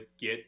get